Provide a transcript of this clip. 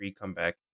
comeback